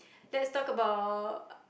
let's talk about